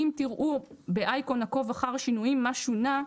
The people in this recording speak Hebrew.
אם תראו באייקון עקוב אחר שינויים מה שונה,